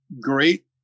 great